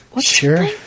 Sure